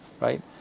right